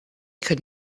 could